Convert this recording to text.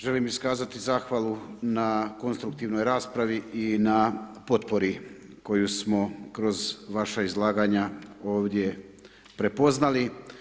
Želim iskazati zahvalu na konstruktivnoj raspravi i na potpori koju smo kroz vaša izlaganja ovdje prepoznali.